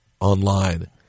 online